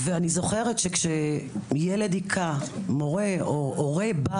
אני זוכרת כאשר ילד היכה מורה, או הורה בא